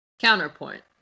Counterpoint